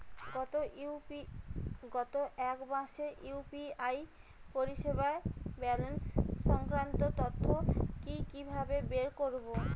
গত এক মাসের ইউ.পি.আই পরিষেবার ব্যালান্স সংক্রান্ত তথ্য কি কিভাবে বের করব?